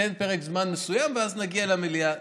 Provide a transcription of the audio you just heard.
ניתן פרק זמן מסוים ואז נגיע למליאה.